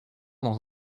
dans